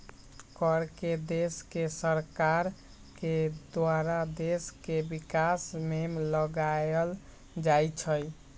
कर के देश के सरकार के द्वारा देश के विकास में लगाएल जाइ छइ